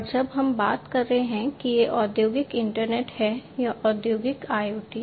और जब हम बात कर रहे हैं कि यह औद्योगिक इंटरनेट है या औद्योगिक IoT